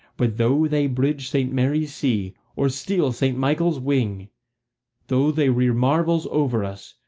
but though they bridge st. mary's sea, or steal st. michael's wing though they rear marvels over us,